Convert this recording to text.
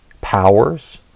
powers